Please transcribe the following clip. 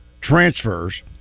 transfers